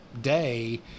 day